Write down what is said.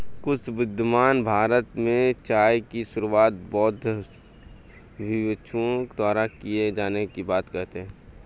कुछ विद्वान भारत में चाय की शुरुआत बौद्ध भिक्षुओं द्वारा किए जाने की बात कहते हैं